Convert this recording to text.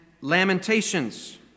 Lamentations